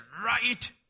right